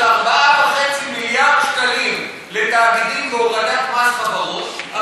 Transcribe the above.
4.5 מיליארד שקלים לתאגידים בהורדת מס חברות,